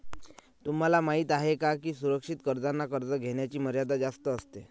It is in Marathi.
तुम्हाला माहिती आहे का की सुरक्षित कर्जांना कर्ज घेण्याची मर्यादा जास्त असते